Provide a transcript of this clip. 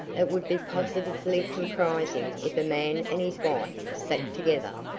it would be positively compromising if a man and his wife sat together.